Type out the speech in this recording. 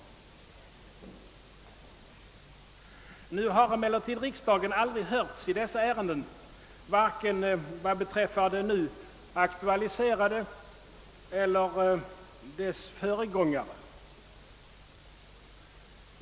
Riksdagen har emellertid aldrig hörts i dessa ärenden, vare sig beträffande det nu aktualiserade eller dess föregångare.